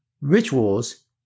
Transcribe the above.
rituals